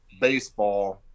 baseball